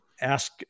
ask